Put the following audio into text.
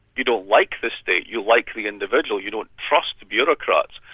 you don't like the state, you like the individual. you don't trust bureaucrats.